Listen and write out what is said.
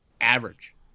average